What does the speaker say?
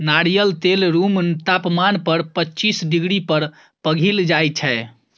नारियल तेल रुम तापमान पर पचीस डिग्री पर पघिल जाइ छै